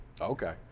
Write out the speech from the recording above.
Okay